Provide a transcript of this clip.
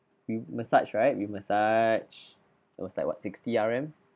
we massaged right we massaged it was like what sixty R_M